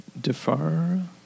defar